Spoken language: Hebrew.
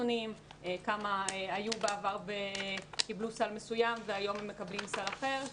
כמה היו בעבר וקיבלו סל מסוים והיום הם מקבלים משהו אחר,